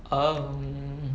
um